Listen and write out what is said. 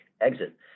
exit